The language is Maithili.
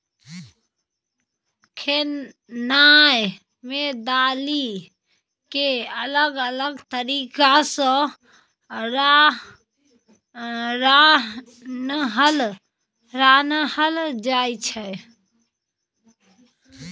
खेनाइ मे दालि केँ अलग अलग तरीका सँ रान्हल जाइ छै